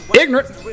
ignorant